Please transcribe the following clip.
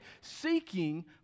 seeking